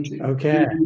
Okay